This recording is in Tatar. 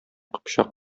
кыпчак